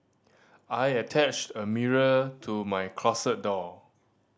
I attached a mirror to my closet door